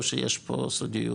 או שיש פה סודיות?